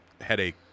headache